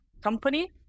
company